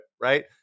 right